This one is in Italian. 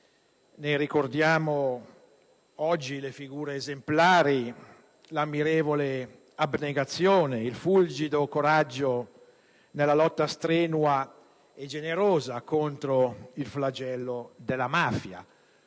ne ricordiamo oggi le figure esemplari, l'ammirevole abnegazione, il fulgido coraggio nella lotta strenua e generosa contro il flagello della mafia.